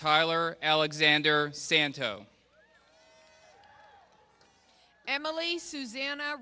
tyler alexander santo emily susanna